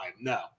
No